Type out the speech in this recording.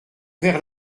vers